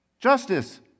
justice